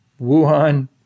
Wuhan